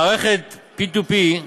מערכת P2P,